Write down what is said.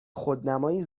خودنمایی